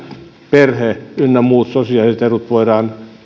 perhe ynnä muut sosiaaliset edut voidaan